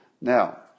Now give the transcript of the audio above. Now